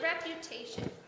reputation